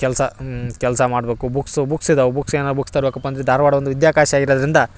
ಕೆಲಸ ಕೆಲಸ ಮಾಡಬೇಕು ಬುಕ್ಸ್ ಬುಕ್ಸ್ ಇದವೆ ಬುಕ್ಸ್ ಏನಾರ ಬುಕ್ಸ್ ತರಬೇಕಪ್ಪ ಅಂದರೆ ಧಾರ್ವಾಡ್ ಒಂದು ವಿದ್ಯಾಕಾಶಿ ಆಗಿರೋದರಿಂದ